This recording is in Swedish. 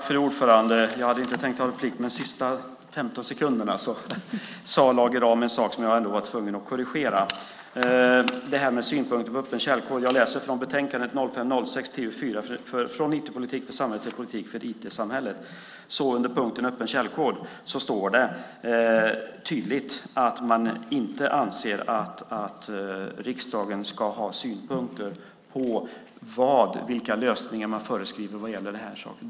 Fru talman! Jag hade inte tänkt begära replik, men under de sista 15 sekunderna sade Lage Rahm en sak som jag ändå är tvungen att korrigera. När det gäller synpunkterna på öppen källkod läser jag i betänkandet 2005/06:TU4 Från IT-politik för samhället till politik för IT-samhället . Under punkten om öppen källkod står det tydligt att man inte anser att riksdagen ska ha synpunkter på vilka lösningar som föreskrivs vad gäller det här.